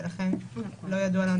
ולכן לא ידוע לנו.